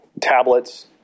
tablets